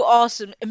awesome